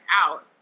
out